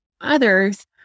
others